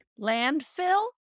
landfill